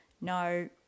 no